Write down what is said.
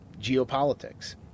geopolitics